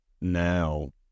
now